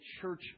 church